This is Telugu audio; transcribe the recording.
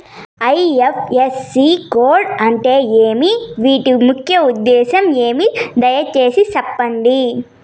ఐ.ఎఫ్.ఎస్.సి కోడ్ అంటే ఏమి? వీటి ముఖ్య ఉపయోగం ఏమి? దయసేసి సెప్పండి?